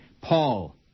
Paul